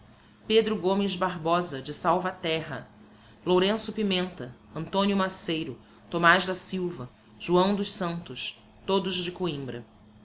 pedro gomes barbosa de salvaterra lourenço pimenta antonio maceiro thomaz da silva joão dos santos todos de coimbra